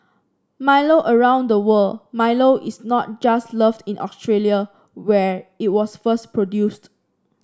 Milo around the world Milo is not just loved in Australia where it was first produced